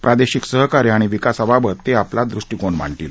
प्रादेशिक सहकार्य आणि विकासाबाबत ते आपला दृष्टिकोन मांडतील